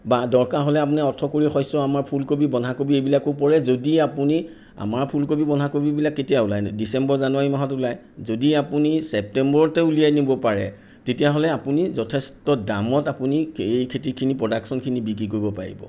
বা দৰকাৰ হ'লে আপুনি অৰ্থকৰি শস্য আমাৰ ফুলকবি বন্ধাকবি এইবিলাকো পৰে যদি আপুনি আমাৰ ফুলকবি বন্ধাকবিবিলাক কেতিয়া ওলায় নো ডিচেম্বৰ জানুৱাৰী মাহত ওলায় যদি আপুনি ছেপ্টেম্বৰতে উলিয়াই নিব পাৰে তেতিয়াহ'লে আপুনি যথেষ্ট দামত আপুনি এই খেতিখিনি প্ৰডাকশ্যনখিনি বিক্ৰী কৰিব পাৰিব